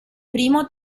primo